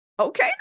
Okay